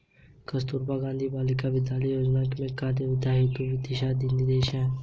कस्तूरबा गांधी बालिका विद्यालय योजना के क्रियान्वयन हेतु क्या दिशा निर्देश हैं?